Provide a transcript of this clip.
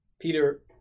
Peter